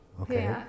okay